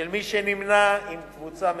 של מי שנמנה עם קבוצה מסוימת.